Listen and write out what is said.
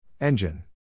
Engine